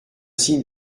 signe